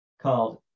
called